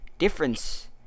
difference